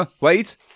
Wait